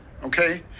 Okay